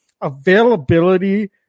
availability